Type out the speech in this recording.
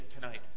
tonight